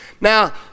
Now